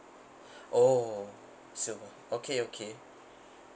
oh silver okay okay